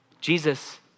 Jesus